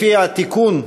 לפי התיקון,